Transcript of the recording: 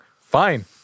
Fine